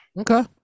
Okay